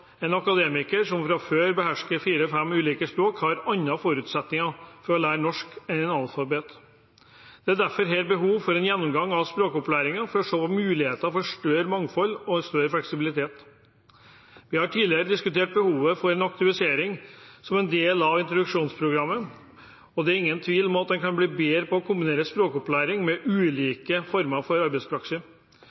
en akademiker som fra før behersker fire–fem ulike språk, har andre forutsetninger for å lære norsk enn en analfabet. Derfor er det behov for en gjennomgang av språkopplæringen for å se muligheter for større mangfold og større fleksibilitet. Vi har tidligere diskutert behovet for aktivisering som en del av introduksjonsprogrammet, og det er ingen tvil om at en kan bli bedre på å kombinere språkopplæring med ulike former for arbeidspraksis.